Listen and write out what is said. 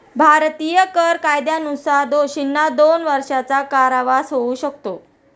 भारतीय कर कायद्यानुसार दोषींना दोन वर्षांचा कारावास होऊ शकतो